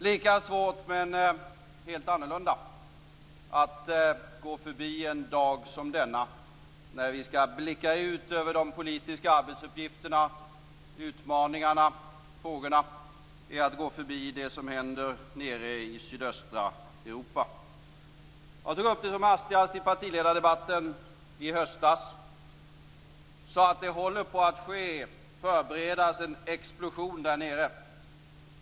Lika svårt men helt annorlunda att gå förbi en dag som denna, när vi skall blicka ut över de politiska arbetsuppgifterna, utmaningarna och frågorna, är att gå förbi det som händer nere i sydöstra Europa. Jag tog upp det som hastigast i partiledardebatten i höstas. Jag sade att det håller på att ske och förberedas en explosion där nere.